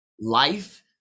life